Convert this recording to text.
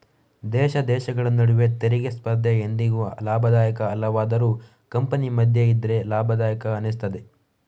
ದೇಶ ದೇಶಗಳ ನಡುವೆ ತೆರಿಗೆ ಸ್ಪರ್ಧೆ ಎಂದಿಗೂ ಲಾಭದಾಯಕ ಅಲ್ಲವಾದರೂ ಕಂಪನಿ ಮಧ್ಯ ಇದ್ರೆ ಲಾಭದಾಯಕ ಅನಿಸ್ತದೆ